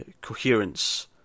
coherence